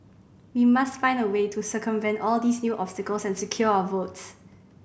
we must find a way to circumvent all these new obstacles and secure our votes